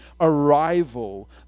arrival